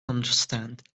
understand